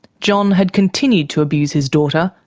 john had continued to abuse his daughter,